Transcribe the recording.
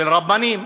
של רבנים,